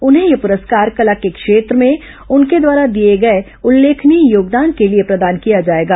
उन्हें यह प्रस्कार कला के क्षेत्र में उनके द्वारा दिए गए उल्लेखनीय योगदान के लिए प्रदान किया जाएगा